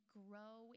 grow